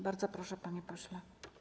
Bardzo proszę, panie pośle.